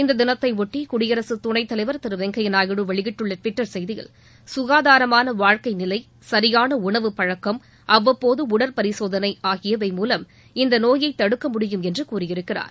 இந்த தினத்தைபொட்டி குடியரசு துணைத்தலைவர் திரு வெங்கையா நாயுடு வெளியிட்டுள்ள டுவிட்டர் செய்தியில் ககாதாரமான வாழ்க்கை நிலை சரியான உணவுப் பழக்கம் அவ்வப்போது உடற்பரிசோதனை ஆகியவை மூலம் இந்த நோயை தடுக்க முடியும் என்று கூறியிருக்கிறார்